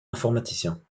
informaticiens